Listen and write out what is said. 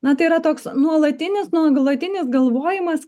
na tai yra toks nuolatinis nuolatinis galvojimas